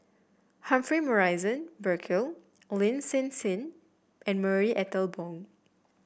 Humphrey Morrison Burkill Lin Hsin Hsin and Marie Ethel Bong